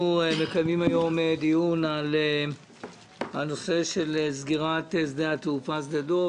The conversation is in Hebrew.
אנחנו מקיימים היום דיון על נושא של סגירת שדה התעופה שדה דב,